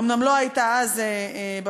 אומנם לא היית אז בממשלה,